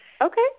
Okay